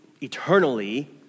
eternally